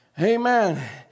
Amen